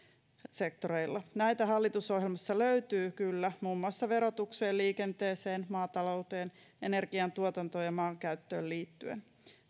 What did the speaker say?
sektoreilla näitä hallitusohjelmassa löytyy kyllä muun muassa verotukseen liikenteeseen maatalouteen energiantuotantoon ja maankäyttöön liittyen